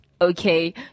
okay